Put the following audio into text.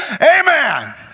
amen